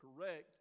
correct